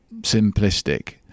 simplistic